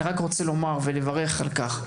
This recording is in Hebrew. אני רק רוצה לומר ולברך על כך,